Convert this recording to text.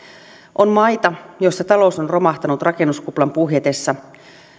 on maita joissa talous on romahtanut rakennuskuplan puhjetessa